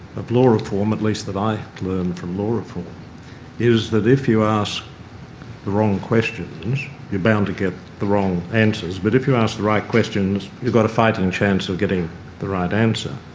of law reform at least that i had learned from law reform is that if you ask the wrong questions you're bound to get the wrong answers, but if you ask the right questions you've got a fighting and chance of getting the right answer.